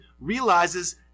realizes